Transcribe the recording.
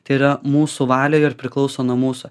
tai yra mūsų valioj ir priklauso nuo mūsų